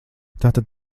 tātad